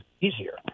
easier